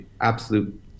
absolute